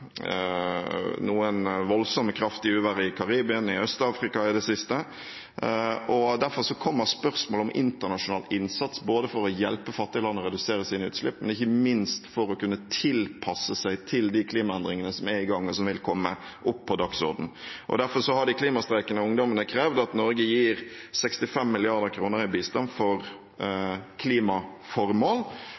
noen voldsomme, kraftige uvær i Karibia og i Øst-Afrika i det siste. Derfor kommer spørsmålet om internasjonal innsats for å hjelpe fattige land med å redusere sine utslipp – ikke minst for å kunne tilpasse seg til de klimaendringene som er i gang, og som vil komme – opp på dagsordenen. Derfor har de klimastreikende ungdommene krevd at Norge gir 65 mrd. kr i bistand til klimaformål